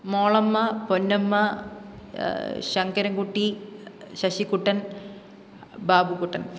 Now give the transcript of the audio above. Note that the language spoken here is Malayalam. മോളമ്മ പൊന്നമ്മ ശങ്കരൻ കുട്ടി ശശികുട്ടൻ ബാബുക്കുട്ടൻ